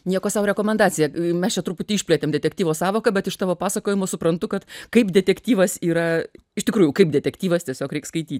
nieko sau rekomendacija mes čia truputį išplėtėm detektyvo sąvoką bet iš tavo pasakojimo suprantu kad kaip detektyvas yra iš tikrųjų kaip detektyvas tiesiog reik skaityti